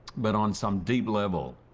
but on some deep level,